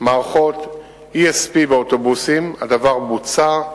מערכות ESP באוטובוסים, הדבר בוצע.